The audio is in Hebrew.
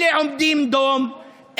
אלה עומדים דום,